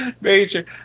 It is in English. Major